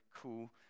cool